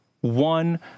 one